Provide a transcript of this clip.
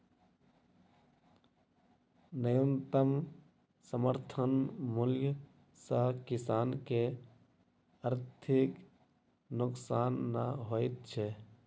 न्यूनतम समर्थन मूल्य सॅ किसान के आर्थिक नोकसान नै होइत छै